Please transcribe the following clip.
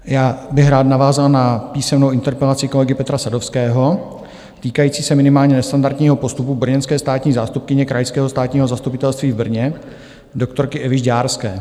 Já bych rád navázal na písemnou interpelaci kolegy Petra Sadovského týkající se minimálně nestandardního postupu brněnské státní zástupkyně Krajského státního zastupitelství v Brně, doktorky Evy Žďárské.